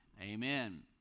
Amen